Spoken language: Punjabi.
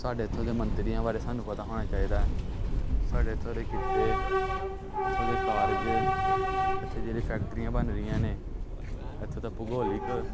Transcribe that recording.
ਸਾਡੇ ਇੱਥੋਂ ਦੇ ਮੰਤਰੀਆਂ ਬਾਰੇ ਸਾਨੂੰ ਪਤਾ ਹੋਣਾ ਚਾਹੀਦਾ ਸਾਡੇ ਇੱਥੋਂ ਦੇ ਕਿੱਤੇ ਇੱਥੋਂ ਦੇ ਕਾਰਜ ਇੱਥੇ ਜਿਹੜੀਆਂ ਫੈਕਟਰੀਆਂ ਬਣ ਰਹੀਆਂ ਨੇ ਇੱਥੋਂ ਦਾ ਭੂਗੋਲਿਕ